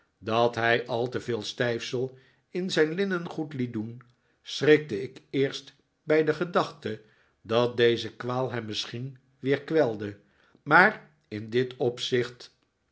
dat hij al te veel stijfsel in zijn linnengoed liet doen schrikte ik eerst bij de gedachte dat deze kwaal hem misschien weer kwelde maar in dit opzicht